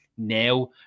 now